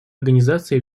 организации